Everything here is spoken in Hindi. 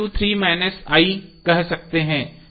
हम कह सकते हैं